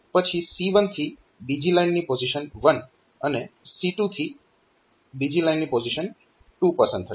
પછી C1 થી બીજી લાઇનની પોઝીશન 1 અને C2 થી બીજી લાઇનની પોઝીશન 2 પસંદ થશે